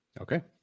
Okay